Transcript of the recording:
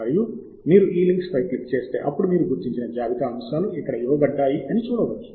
మరియు మీరు ఈ లింక్పై క్లిక్ చేస్తే అప్పుడు మీరు గుర్తించిన జాబితా అంశాలు ఇక్కడ ఇవ్వబడ్డాయి అని చూడవచ్చు